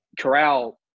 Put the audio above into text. Corral